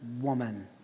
woman